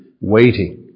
waiting